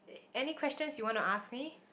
any questions you wanna ask me